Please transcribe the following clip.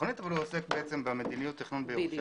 בתכנית אבל הוא עוסק במדיניות תכנון בירושלים,